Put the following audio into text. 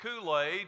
Kool-Aid